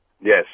Yes